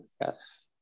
yes